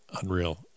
unreal